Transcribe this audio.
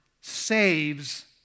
saves